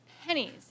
pennies